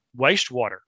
wastewater